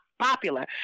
popular